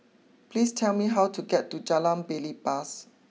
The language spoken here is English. please tell me how to get to Jalan Belibas